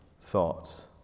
thoughts